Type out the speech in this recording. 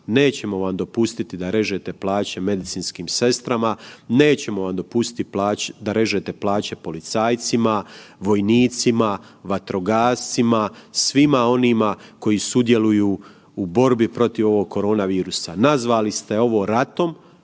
nećemo vam dopustiti da režete plaće medicinskim sestrama, nećemo vam dopustiti da režete plaće policajcima, vojnicima, vatrogascima, svima onima koji sudjeluju u borbi protiv ovog korona virusa. Nazvali ste ovo ratom,